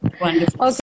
Wonderful